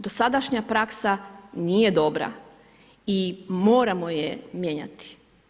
Dosadašnja praksa nije dobra i moramo je mijenjati.